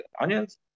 onions